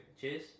Cheers